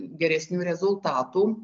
geresnių rezultatų